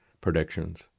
predictions